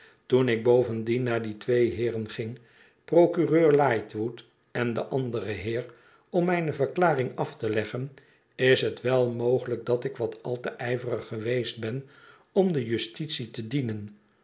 ik bovendien naar die twee heeren ging procureur lightwood en den anderen heer om mijne verklaring af te leggen is het wel mogelijk dat ik wat al te ijverig geweest ben om de justitie te dienen